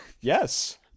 Yes